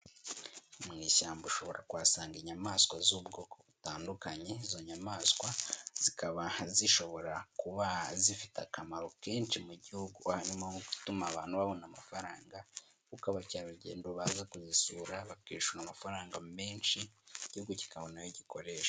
Mu ishyamba ushobora kuhasanga inyamaswa z'ubwoko butandukanye, izo nyamaswa zikaba zishobora kuba zifite akamaro kenshi mu gihugu, harimo nko gutuma abantu babona amafaranga kuko abakerarugendo baza kuzisura bakishyura amafaranga menshi, igihugu kikabona ayo gikoreshashwa.